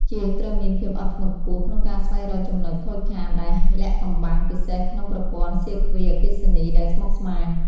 ជាងត្រូវមានភាពអត់ធ្មត់ខ្ពស់ក្នុងការស្វែងរកចំណុចខូចខាតដែលលាក់កំបាំង ពិសេសក្នុងប្រព័ន្ធសៀគ្វីអគ្គិសនីដែលស្មុគស្មាញ។